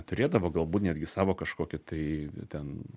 turėdavo galbūt netgi savo kažkokį tai ten